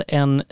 en